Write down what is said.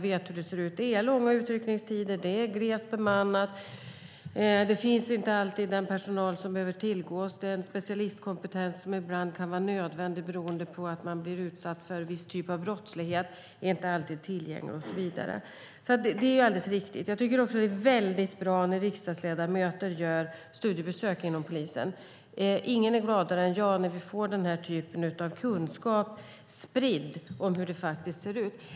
Det är långa utryckningstider, det är glest bemannat, och den personal och den specialistkompetens som behövs beroende på viss typ av brottslighet finns inte alltid tillgänglig. Det är mycket bra när riksdagsledamöter gör studiebesök inom polisen. Ingen är gladare än jag när vi får denna typ av kunskap spridd om hur det faktiskt ser ut.